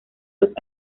los